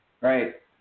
Right